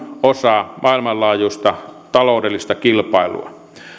osa maailmanlaajuista taloudellista kilpailua